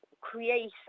create